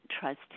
trust